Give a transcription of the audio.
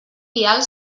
vial